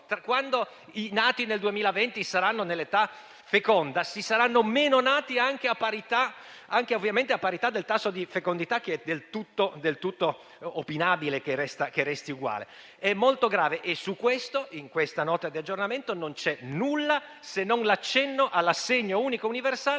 Quando i nati nel 2020 saranno nell'età feconda, ci saranno meno nati, anche a parità di tasso di fecondità che è del tutto opinabile che resti uguale. È molto grave, e su questo nella Nota di aggiornamento al nostro esame non c'è alcunché, se non un accenno all'assegno unico universale